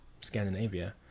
Scandinavia